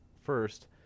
first